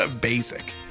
Basic